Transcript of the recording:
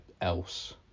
else